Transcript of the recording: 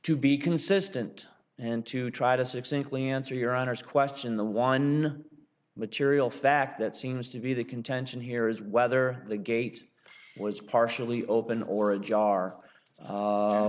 to be consistent and to try to succinctly answer your honor's question the one material fact that seems to be the contention here is whether the gate was partially open or a jar